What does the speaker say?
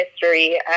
history